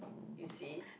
you see